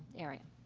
area.